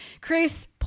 Chris